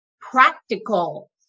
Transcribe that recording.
practical